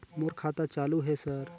मोर खाता चालु हे सर?